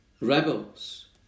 rebels